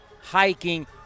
hiking